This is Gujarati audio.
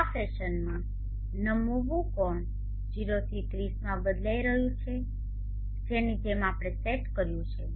આ ફેશનમાં નમવું કોણ 0 થી 30 માં બદલાઈ રહ્યું છે જેની જેમ આપણે સેટ કર્યું છે